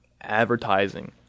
advertising